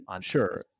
Sure